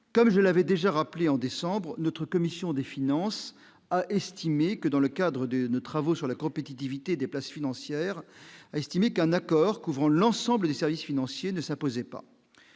comme je l'avais déjà rappelé en décembre, notre commission des finances, a estimé que dans le cadre de nos travaux sur la compétitivité des places financières, a estimé qu'un accord couvrant l'ensemble des services financiers ne s'imposait pas